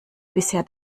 bisher